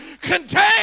contain